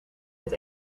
het